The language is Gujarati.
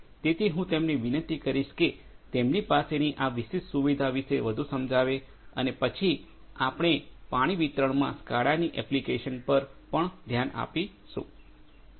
તેથી હું તેમને વિનંતી કરીશ કે તેમની પાસેની આ વિશેષ સુવિધા વિશે વધુ સમજાવે અને પછી આપણે પાણી વિતરણમાં સ્કાડા ની એપ્લિકેશન્સ પર પણ ધ્યાન આપીશું